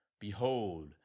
Behold